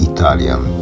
Italian